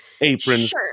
aprons